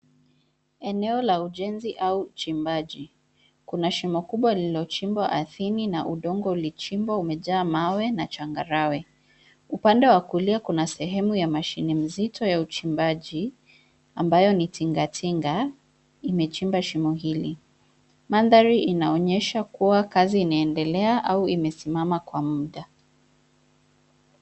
Eneo la ujenzi au uchimbaji kuna shimo kubwa lililochimbwa ardhini na udongo uliochimbwa umejaa mawe na changarawe. Upande wa kulia kuna sehemu ya mashine mzito ya uchimbaji ambayo ni tinga tinga imechimba shimo hili. Mandhari inaonyesha kuwa kazi inaendelea au imesimama kwa muda.